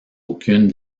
aucune